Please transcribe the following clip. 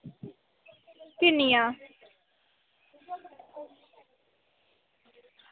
किन्नियां